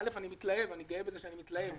א', אני מתלהב, אני גאה בזה שאני מתלהב.